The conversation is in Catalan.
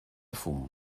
fum